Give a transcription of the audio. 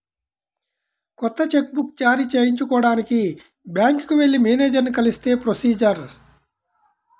కొత్త cheque book జారీ చేయించుకోడానికి బ్యాంకుకి వెళ్లి మేనేజరుని కలిస్తే ప్రొసీజర్